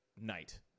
night